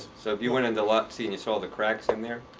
so if you went into lot c and you saw the cracks in there,